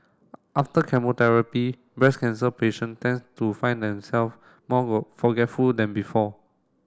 after chemotherapy breast cancer patient tends to find them self more forgetful than before